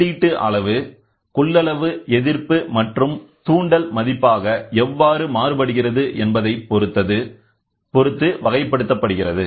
உள்ளீட்டு அளவு கொள்ளளவு எதிர்ப்பு மற்றும் தூண்டல் மதிப்பாக எவ்வாறு மாறுபடுகிறது என்பதைப் பொறுத்தது வகைப்படுத்தப்படுகிறது